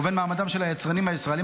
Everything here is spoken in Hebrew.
ובין מעמדם של היצרנים הישראליים,